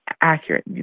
accurate